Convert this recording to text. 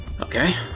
Okay